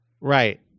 Right